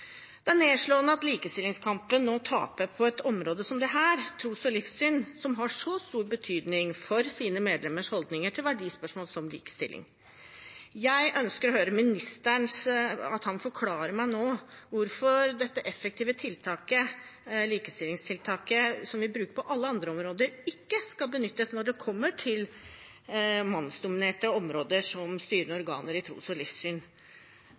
Det er nedslående at likestillingskampen nå taper på et område som dette – tro og livssyn – som har så stor betydning for sine medlemmers holdninger til verdispørsmål som likestilling. Jeg ønsker å høre ministeren forklare meg hvorfor dette effektive likestillingstiltaket som vi bruker på alle andre områder, ikke skal benyttes når det kommer til mannsdominerte områder som styrende organer innen tro og livssyn.